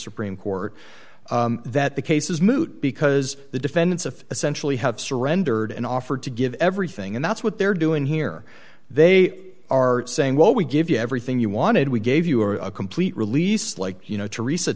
supreme court that the case is moot because the defendants of essentially have surrendered and offered to give everything and that's what they're doing here they are saying well we give you everything you wanted we gave you a complete release like you know teresa